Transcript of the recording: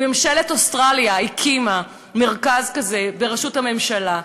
אם ממשלת אוסטרליה הקימה מרכז כזה בראשות הממשלה,